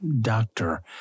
doctor